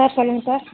sir சொல்லுங்கள் sir